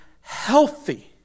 healthy